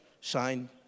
Sign